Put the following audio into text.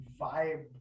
vibe